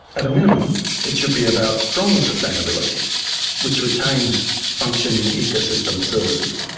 at a minimum it should be about strong sustainability which retains functioning ecosystem services.